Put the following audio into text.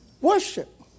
Worship